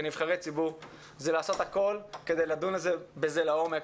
כנבחרי ציבור זה לעשות הכול כדי לדון בזה לעומק,